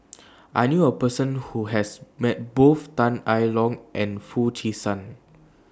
I knew A Person Who has Met Both Tan I Tong and Foo Chee San